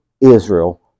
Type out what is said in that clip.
Israel